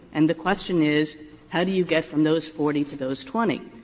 and the question is how do you get from those forty to those twenty.